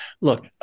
look